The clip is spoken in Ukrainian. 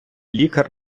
лікар